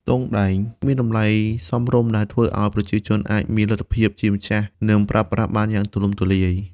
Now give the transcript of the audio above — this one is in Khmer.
ទង់ដែងមានតម្លៃសមរម្យ ដែលធ្វើឲ្យប្រជាជនអាចមានលទ្ធភាពជាម្ចាស់ និងប្រើប្រាស់បានយ៉ាងទូលំទូលាយ។